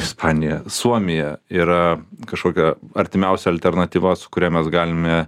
ispanija suomija yra kažkokia artimiausia alternatyva su kuria mes galime